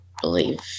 believe